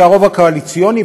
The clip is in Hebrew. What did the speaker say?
הרוב הקואליציוני,